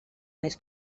més